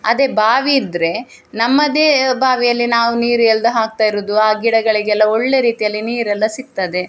ಅದೆ ಬಾವಿ ಇದ್ದರೆ ನಮ್ಮದೇ ಬಾವಿಯಲ್ಲಿ ನಾವು ನೀರು ಎಳ್ದು ಹಾಕ್ತಾ ಇರುವುದು ಆ ಗಿಡಗಳಿಗೆಲ್ಲ ಒಳ್ಳೆಯ ರೀತಿಯಲ್ಲಿ ನೀರೆಲ್ಲ ಸಿಗ್ತದೆ